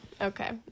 Okay